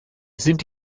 sind